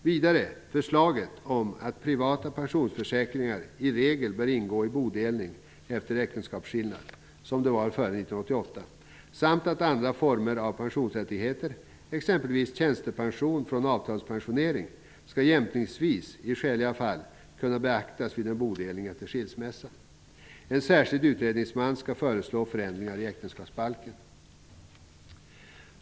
Vidare finns det ett förslag om att privata pensionsförsäkringar i regel bör ingå i bodelningen efter äktenskapsskillnad, som skedde före 1988. tjänstepension från avtalspensionering, skall jämkningsvis i skäliga fall kunna beaktas vid en bodelning efter en skiljsmässa. En särskild utredningsman skall föreslå förändringar i äktenskapsbalken.